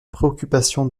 préoccupation